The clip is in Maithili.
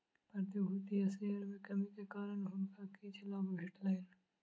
प्रतिभूति आ शेयर में कमी के कारण हुनका किछ लाभ भेटलैन